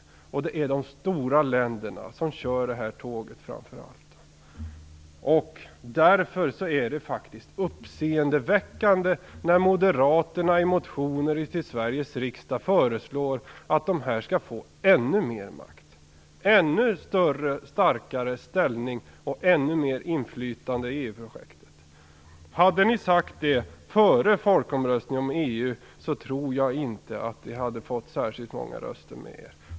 Det är framför allt de stora länderna som kör det här tåget. Därför är det uppseendeväckande när Moderaterna i motioner till Sveriges riksdag föreslår att dessa länder skall få ännu mer makt, ännu starkare ställning och ännu mer inflytande över EU-projektet. Hade ni moderater sagt det före folkomröstningen om EU tror jag inte att ni hade fått särskilt många röster med er.